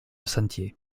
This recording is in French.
sentiers